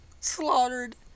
slaughtered